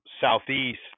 southeast